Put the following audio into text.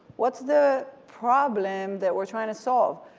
what's the problem that we're trying to solve?